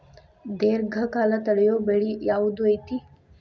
ದೇರ್ಘಕಾಲ ತಡಿಯೋ ಬೆಳೆ ಯಾವ್ದು ಐತಿ?